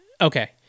Okay